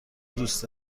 دوست